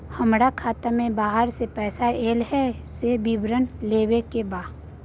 हमरा खाता में बाहर से पैसा ऐल है, से विवरण लेबे के बा?